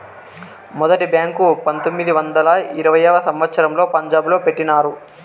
మొదటి బ్యాంకు పంతొమ్మిది వందల ఇరవైయవ సంవచ్చరంలో పంజాబ్ లో పెట్టినారు